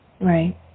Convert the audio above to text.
Right